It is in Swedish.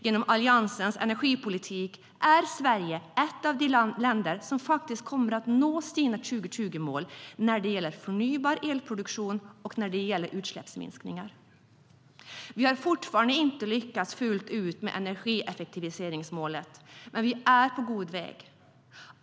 Genom Alliansens energipolitik är Sverige ett av de länder som faktiskt kommer att nå sina 2020-mål när det gäller förnybar elproduktion och utsläppsminskningar. Vi har fortfarande inte lyckats fullt ut med energieffektiviseringsmålet, men vi är på god väg.